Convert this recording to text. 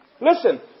Listen